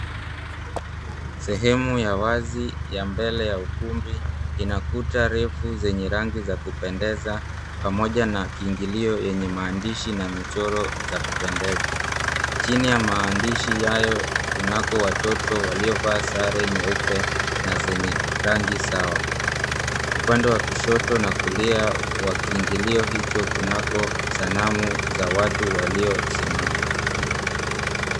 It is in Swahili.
Sehemu ya wazi ya mbele ya ukumbi ina kuta refu zenye rangi ya kupendeza pamoja na kiingilio yenye maandishi na michoro za kupendeza. Chini ya maandishi hayo kunako watoto waliovaa sare nyeupe na zenye rangi sawa. Upande wa kushoto na kulia wa kiingilio hicho kunako sanamu za watu waliosimama.